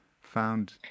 found